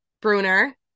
Bruner